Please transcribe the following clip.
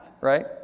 Right